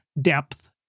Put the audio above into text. depth